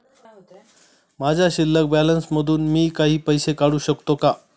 माझ्या शिल्लक बॅलन्स मधून मी काही पैसे काढू शकतो का?